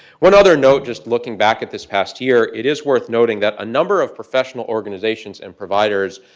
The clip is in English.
one other note, just looking back at this past year, it is worth noting that a number of professional organizations and providers